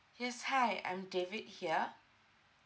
yes hi I'm david here